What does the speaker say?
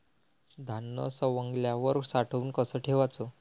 धान्य सवंगल्यावर साठवून कस ठेवाच?